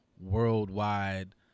worldwide